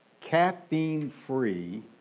caffeine-free